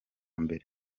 mbere